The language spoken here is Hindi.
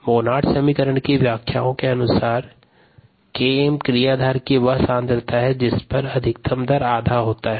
मोनोड समीकरण की व्याख्याओं अनुसार Km क्रियाधार की वह सांद्रता है जिस पर अधिकतम दर आधा होता है